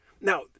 Now